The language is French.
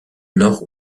nord